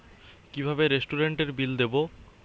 কিভাবে রেস্টুরেন্টের বিল দেবো?